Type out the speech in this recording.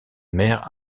mère